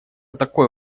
такое